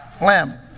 Lamb